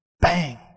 Bang